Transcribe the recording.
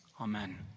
Amen